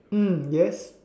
yes